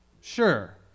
Sure